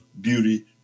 beauty